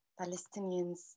Palestinians